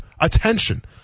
attention